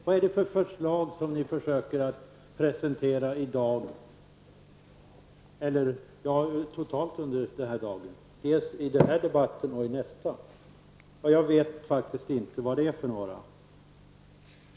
Vad är det för förslag ni försöker presentera i dag? Jag vet faktiskt inte vad det är för några.